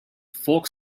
folk